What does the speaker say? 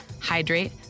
hydrate